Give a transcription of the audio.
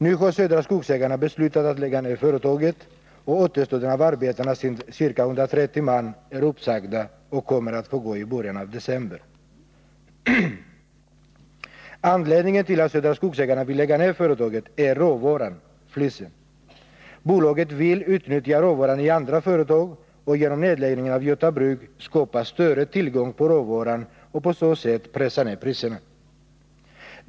Nu har Södra Skogsägarna beslutat att lägga ned företaget, och återstoden av arbetarna, ca 130 man, är uppsagda och kommer att få sluta i början av december. Anledningen till att Södra Skogsägarna vill lägga ner företaget är råvaran, flisen. Bolaget vill utnyttja råvaran i andra företag och genom nedläggningen av Göta Bruk skapa större tillgång på råvara och på så sätt pressa ner priserna.